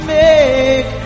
make